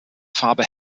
farbe